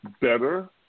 better